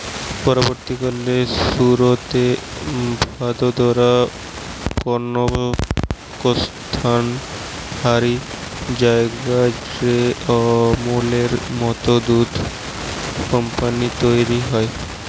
পরবর্তীকালে সুরতে, ভাদোদরা, বনস্কন্থা হারি জায়গা রে আমূলের মত দুধ কম্পানী তইরি হয়